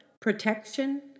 protection